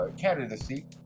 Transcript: candidacy